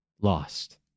lost